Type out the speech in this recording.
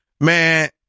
Man